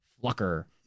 Flucker